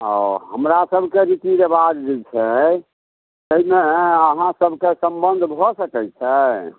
ओ हमरासबके रीति रेवाज जे छै ताहिमे अहाँसबके सम्बन्ध भऽ सकै छै